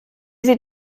sieht